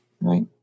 right